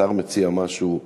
השר מציע משהו?